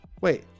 Wait